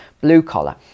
blue-collar